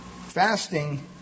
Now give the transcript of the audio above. Fasting